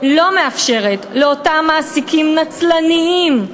לא מאפשרת לאותם מעסיקים נצלנים,